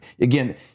Again